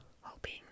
hoping